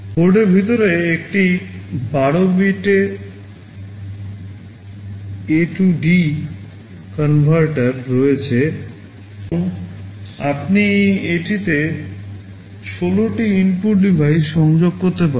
বোর্ডের ভিতরে একটি 12 বিট AD converter রয়েছে এবং আপনি এটিতে 16 টি ইনপুট ডিভাইস সংযোগ করতে পারেন